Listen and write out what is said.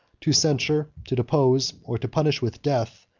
to censure, to depose, or to punish with death,